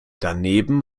daneben